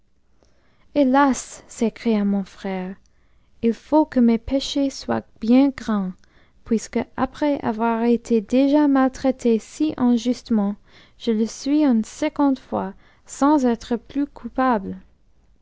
hélas s'écria mon frère il faut que mes péchés soient bien grands puisque après avoir été déjà mattraité si injustement je le suis une seconde fois sans être plus coupable